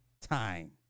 time